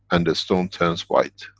and the stone turns white,